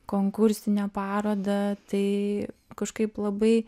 konkursinę parodą tai kažkaip labai